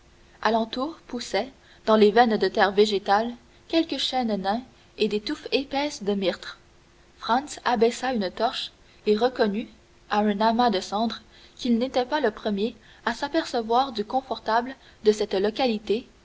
alentour poussaient dans des veines de terre végétale quelques chênes nains et des touffes épaisses de myrtes franz abaissa une torche et reconnut à un amas de cendres qu'il n'était pas le premier à s'apercevoir du confortable de cette localité